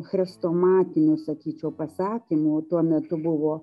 chrestomatinių sakyčiau pasakymų tuo metu buvo